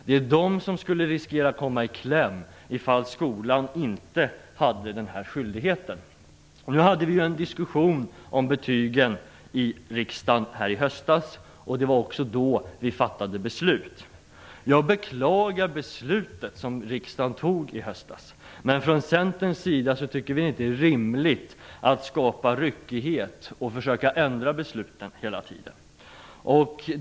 Det är de som riskerar att komma i kläm om skolan inte har den här skyldigheten. Nu hade vi en diskussion om betygen i höstas här i riksdagen. Det var också då vi fattade beslut. Jag beklagar det beslut som riksdagen fattade i höstas, men vi i Centern tycker inte att det är rimligt att skapa ryckighet och försöka ändra besluten hela tiden.